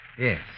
Yes